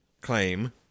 claim